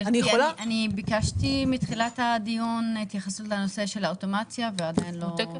ביקשתי מתחילת הדיון התייחסות לנושא של האוטומציה ועדיין לא נעניתי.